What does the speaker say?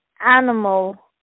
animal